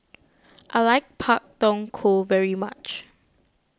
I like Pak Thong Ko very much